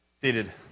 seated